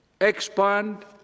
expand